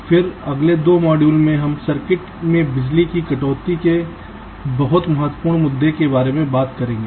फिर अगले दो मॉड्यूल में हम सर्किट में बिजली की कटौती के बहुत महत्वपूर्ण मुद्दे के बारे में बात करेंगे